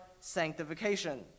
sanctification